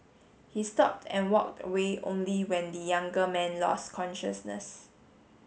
he stopped and walked away only when the younger man lost consciousness